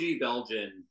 Belgian